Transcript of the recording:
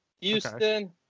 Houston